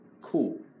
cool